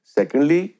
Secondly